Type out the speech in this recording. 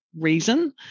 reason